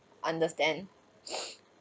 understand